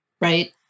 right